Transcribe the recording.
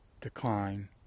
decline